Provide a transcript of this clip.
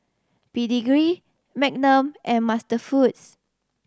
Pedigree Magnum and MasterFoods